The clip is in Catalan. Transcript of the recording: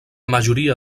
majoria